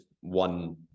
one